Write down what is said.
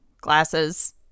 Glasses